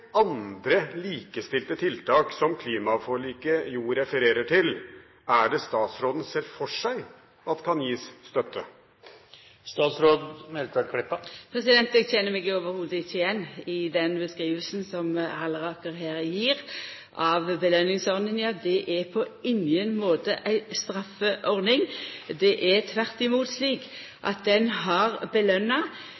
andre likestilte tiltak, som klimaforliket jo refererer til, er det statsråden ser for seg kan gis støtte? Eg kjenner meg slett ikkje ikkje igjen i den beskrivinga som Halleraker her gjev av belønningsordninga. Det er på ingen måte ei straffeordning. Det er tvert imot slik